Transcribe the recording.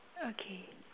okay